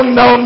no